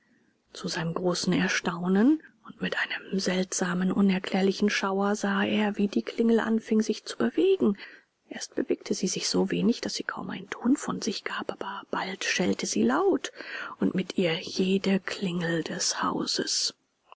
zu seinem großen erstaunen und mit einem seltsamen unerklärlichen schauer sah er wie die klingel anfing sich zu bewegen erst bewegte sie sich so wenig daß sie kaum einen ton von sich gab aber bald schellte sie laut und mit ihr jede klingel des hauses